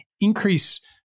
increase